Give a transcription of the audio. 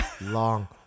long